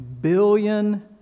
Billion